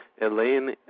Elaine